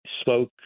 spoke